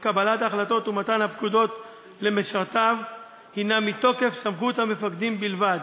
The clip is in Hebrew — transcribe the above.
קבלת ההחלטות ומתן הפקודות למשרתים בו הם מתוקף סמכות המפקדים בלבד.